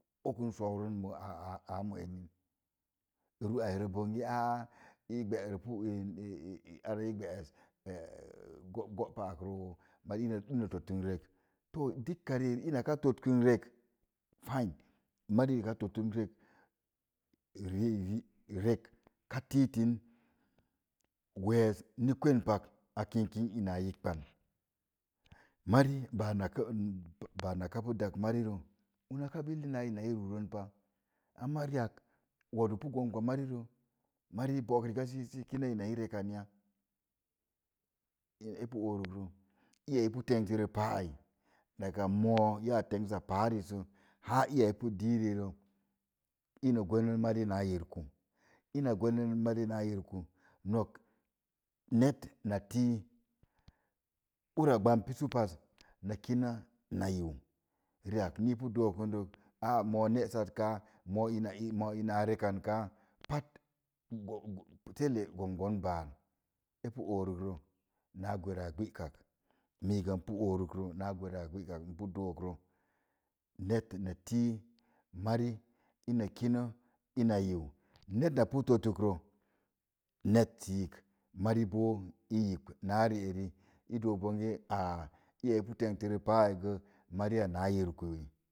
Ru'ai rə bange aa i gbəre pu in in billa i to't kə rek kai mari ka to’ tnn gə rek ka tii tin wess n, pin pak a kinik kin ona a yiibbə, mari bei na yiik bor na dak mari rə wuu na kəə pəəlli naa una i yingə pa amma mari wodú pii gombə rə wodú pi gombə mori rə i bóók riga sə i kin ina rekarən ya i pu oorik rə ii ya i pii tenste rə paé ai na moo ya tengsa páá ris sə iya i pu di rii i na see no mari naa yir kúú, nok net na tii urra gbam pisu paz na kino na yiu. Ri ak sə i pi dookə dəz aa moo nésat káá moo in moo ina rekan kaa tele gam gon baar n pu oorək rə na gwora gbə kak n pi dook rə net na pi mori ina kino ina you, net na pi totuk rə net tiik mori bo i yibə na ri eri i doog bangə kaa mori a pi tentə paa mari naa yirku yi.